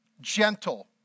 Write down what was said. gentle